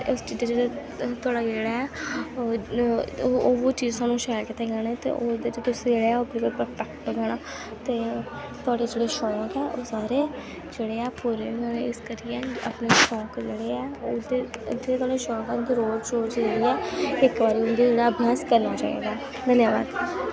इस चीजा च तोआड़ा जेह्ड़ा ऐ ओह् ओह् ओह् चीज तोआनू शैल तरह् आई जानी ते ओह्दे च तुस जेह्ड़े ऐ बिलकुल परफैक्ट होई जाना ते तोआड़े जेह्ड़े शौंक ऐ ओह् सारे जेह्ड़े ऐ पूरे होई जाने इक करियै अपने शौंक जेह्ड़े ऐ ओह्दे जेह्ड़े तोआड़े शौंक ऐं रोज रोज जेह्ड़ी ऐ इक बारी उंदी जेह्ड़ा अभ्यास करी लैना चाहिदा धन्याबाद